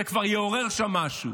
זה כבר יעורר שם משהו.